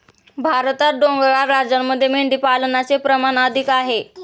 भारतात डोंगराळ राज्यांमध्ये मेंढीपालनाचे प्रमाण अधिक आहे